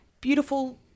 beautiful